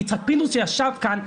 יצחק פינדרוס שישב כאן,